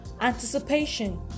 anticipation